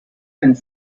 and